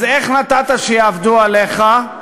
אז איך נתת שיעבדו עליך,